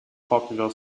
popular